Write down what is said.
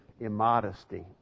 immodesty